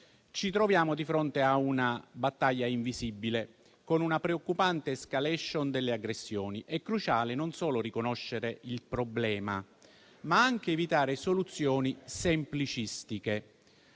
ci troviamo di fronte a una battaglia invisibile, con una preoccupante *escalation* delle aggressioni ed è cruciale non solo riconoscere il problema, ma anche evitare soluzioni semplicistiche.